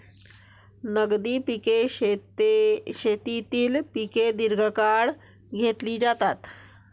नगदी पिके शेतीतील पिके दीर्घकाळ घेतली जातात